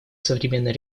современной